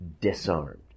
disarmed